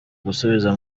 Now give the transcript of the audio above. gusubiza